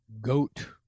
goat